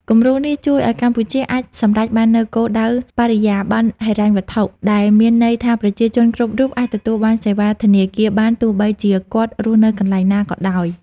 គំរូនេះជួយឱ្យកម្ពុជាអាចសម្រេចបាននូវគោលដៅ "បរិយាបន្នហិរញ្ញវត្ថុ" ដែលមានន័យថាប្រជាជនគ្រប់រូបអាចទទួលបានសេវាធនាគារបាន ទោះបីជាគាត់រស់នៅកន្លែងណាក៏ដោយ។